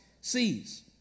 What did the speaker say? sees